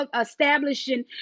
establishing